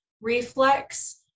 reflex